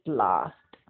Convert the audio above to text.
last